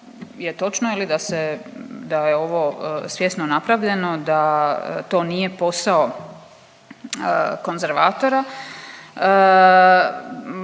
je li da se, da je ovo svjesno napravljeno da to nije posao konzervatora,